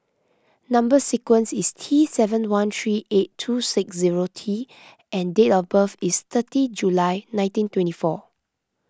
Number Sequence is T seven one three eight two six zero T and date of birth is thirty July nineteen twenty four